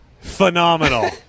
Phenomenal